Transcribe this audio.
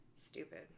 stupid